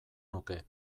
nuke